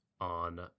on